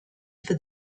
for